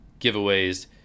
giveaways